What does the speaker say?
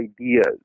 ideas